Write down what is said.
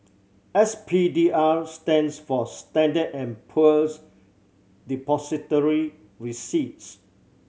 S P D R stands for Standard and Poor's Depository Receipts